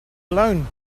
alone